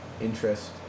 interest